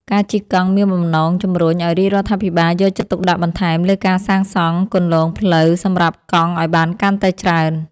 ការជិះកង់មានបំណងជម្រុញឱ្យរាជរដ្ឋាភិបាលយកចិត្តទុកដាក់បន្ថែមលើការសាងសង់គន្លងផ្លូវសម្រាប់កង់ឱ្យបានកាន់តែច្រើន។